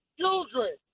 children